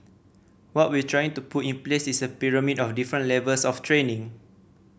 what we're trying to put in place is a pyramid of different levels of training